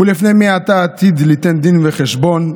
ולפני מי אתה עתיד ליתן דין וחשבון.